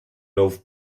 nouv